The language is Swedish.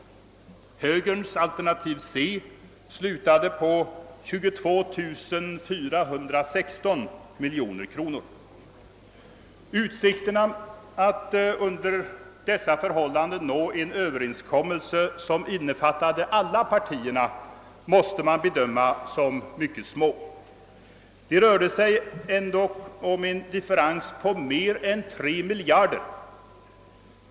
Högerns alternativ C slutade på 22416 miljoner kronor. Utsikterna att under dessa förhållanden uppnå en överenskommelse som omfattade alla partier måste bedömas som mycket små. Det rörde sig ändå om en differens på mer än tre miljar der kronor.